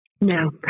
No